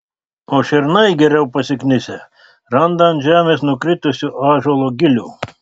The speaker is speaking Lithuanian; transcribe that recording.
o šernai geriau pasiknisę randa ant žemės nukritusių ąžuolo gilių